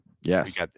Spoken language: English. yes